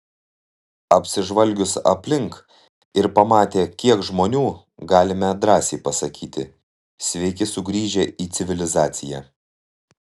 apsižvalgius aplink ir pamatę kiek žmonių galime drąsiai pasakyti sveiki sugrįžę į civilizaciją